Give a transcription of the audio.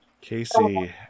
Casey